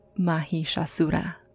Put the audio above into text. Mahishasura